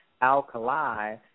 Alkali